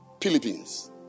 Philippines